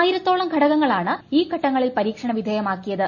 ആയിരത്തോളം ഘടകങ്ങളാണ് ഈ ഘട്ടങ്ങളിൽ പരീക്ഷണിവിധേയമാക്കിയത്